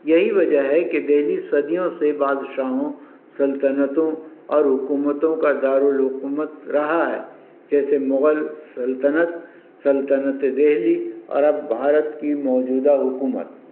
یہی وجہ ہے کہ دہلی صدیوں سے بادشاہوں سلطنتوں اور حکومتوں کا دارالحکومت رہا ہے جیسے مغل سلطنت سلطنت دہلی اور اب بھارت کی موجودہ حکومت